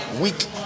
Week